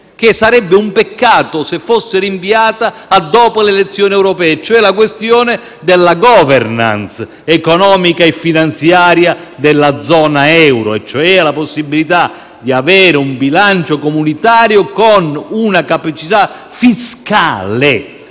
che sarebbe un peccato se fosse rinviata a dopo le elezioni europee, cioè quella della *governance* economica e finanziaria della zona euro. Mi riferisco cioè alla possibilità di avere un bilancio comunitario con una capacità fiscale,